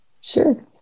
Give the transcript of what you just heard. Sure